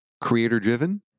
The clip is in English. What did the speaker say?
Creator-driven